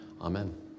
Amen